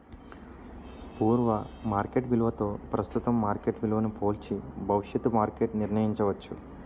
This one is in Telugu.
పూర్వ మార్కెట్ విలువతో ప్రస్తుతం మార్కెట్ విలువను పోల్చి భవిష్యత్తు మార్కెట్ నిర్ణయించవచ్చు